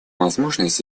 возможность